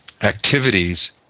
activities